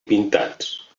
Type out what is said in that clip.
pintats